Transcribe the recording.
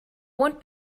won’t